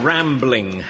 Rambling